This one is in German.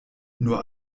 nur